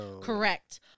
Correct